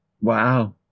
Wow